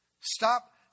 Stop